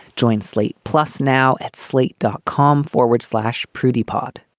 join slate plus now at slate, dot com forward slash prudy pod